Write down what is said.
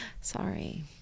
Sorry